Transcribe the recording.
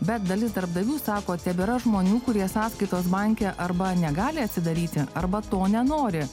bet dalis darbdavių sako tebėra žmonių kurie sąskaitos banke arba negali atsidaryti arba to nenori